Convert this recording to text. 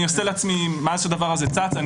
מאז שהדבר הזה צץ,